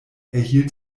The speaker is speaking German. erhielt